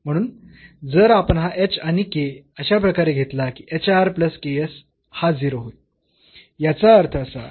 म्हणून जर आपण हा h आणि k अशा प्रकारे घेतला की हा 0 होईल याचा अर्थ असा की